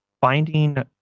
finding